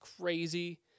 crazy